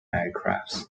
aircraft